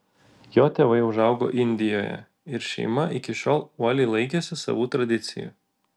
jo tėvai užaugo indijoje ir šeima iki šiol uoliai laikėsi savų tradicijų